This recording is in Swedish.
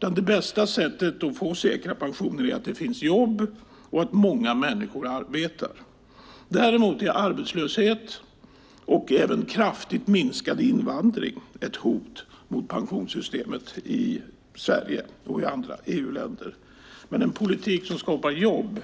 Bästa sättet att få säkra pensioner är att det finns jobb och att många människor arbetar. Däremot är arbetslöshet och även en kraftigt minskad invandring hot mot pensionssystemet i Sverige och i andra EU-länder. En politik som skapar jobb